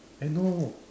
eh no